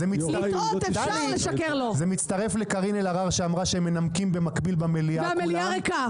לפני שאתן לקריב לנמק את הרביזיה אני רוצה לומר,